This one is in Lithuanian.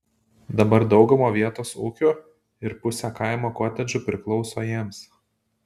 dabar dauguma vietos ūkių ir pusė kaimo kotedžų priklauso jiems